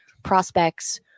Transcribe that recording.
Prospects